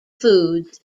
foods